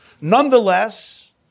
Nonetheless